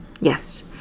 Yes